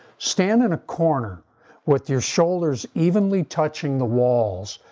stand in a corner with your shoulders evenly touching the walls.